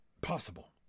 possible